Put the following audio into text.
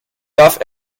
darf